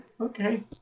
Okay